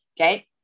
okay